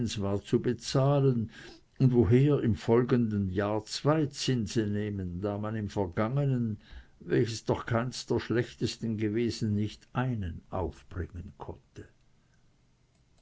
zu bezahlen und woher im folgenden jahre zwei zinse nehmen da man im vergangenen welches doch keins der schlechtesten gewesen nicht einen aufbringen konnte